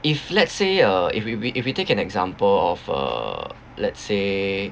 if let's say uh if we we if we take an example of uh let's say